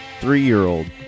three-year-old